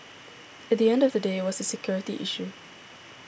at the end of the day was a security issue